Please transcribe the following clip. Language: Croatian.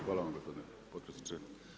Hvala vam gospodine potpredsjedniče.